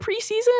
preseason